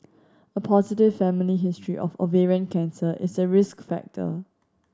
a positive family history of ovarian cancer is a risk factor